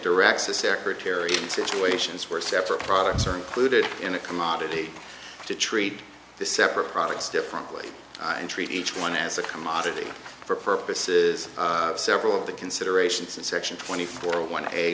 directs the secretary and situations where separate products are included in a commodity to treat the separate products differently and treat each one as a commodity for purposes several of the considerations in section twenty four